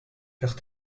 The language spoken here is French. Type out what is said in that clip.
faire